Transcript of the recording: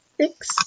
six